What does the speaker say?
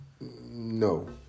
No